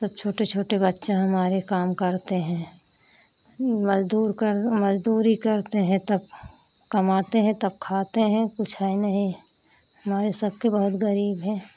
सब छोटे छोटे बच्चे हैं हमारे काम करते हैं मज़दूर कर मज़दूरी करते हैं तब कमाते हैं तब खाते हैं कुछ है नहीं हमारे सबकी बहुत ग़रीब हैं